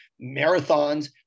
marathons